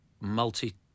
multi-